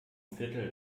viertel